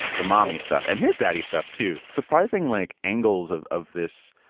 the mommy stuff and his daddy stuff, too surprising like angles of of this.